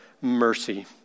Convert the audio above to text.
mercy